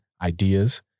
ideas